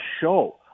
show